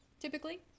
typically